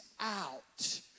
out